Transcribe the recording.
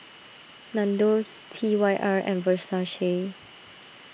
Nandos T Y R and Versace